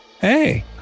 Hey